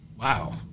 wow